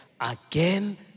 again